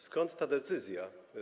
Skąd ta decyzja?